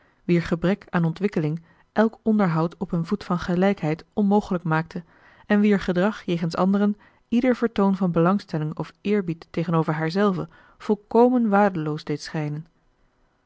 wier gebrek aan ontwikkeling elk onderhoud op een voet van gelijkheid onmogelijk maakte en wier gedrag jegens anderen ieder vertoon van belangstelling of eerbied tegenover haarzelve volkomen waardeloos deed schijnen